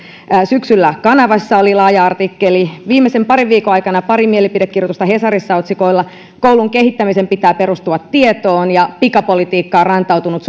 syksyllä kanavassa oli laaja artikkeli viimeisen parin viikon aikana pari mielipidekirjoitusta hesarissa otsikoilla koulun kehittämisen pitää perustua tietoon ja pikapolitiikka on rantautunut